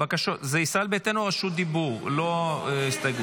לישראל ביתנו יש רשות דיבור, לא הסתייגות.